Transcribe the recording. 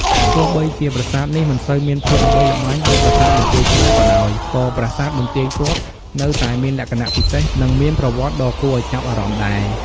ទោះបីជាប្រាសាទនេះមិនសូវមានភាពល្បីល្បាញដូចប្រាសាទបន្ទាយឆ្មារក៏ដោយ ក៏ប្រាសាទបន្ទាយទ័ពនៅតែមានលក្ខណៈពិសេស និងមានប្រវត្តិដ៏គួរឱ្យចាប់អារម្មណ៍ដែរ។